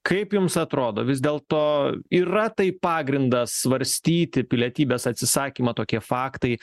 kaip jums atrodo vis dėl to yra tai pagrindas svarstyti pilietybės atsisakymą tokie faktai